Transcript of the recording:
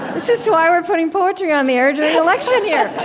this is why we're putting poetry on the air during election yeah